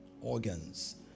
organs